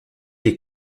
les